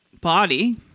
body